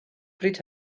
bryd